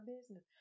business